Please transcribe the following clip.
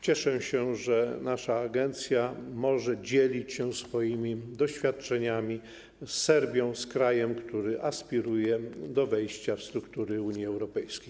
Cieszę się, że nasza agencja może dzielić się swoimi doświadczeniami z Serbią, z krajem, który aspiruje do wejścia w struktury Unii Europejskiej.